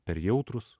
per jautrūs